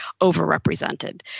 overrepresented